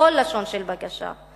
בכל לשון של בקשה,